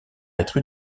être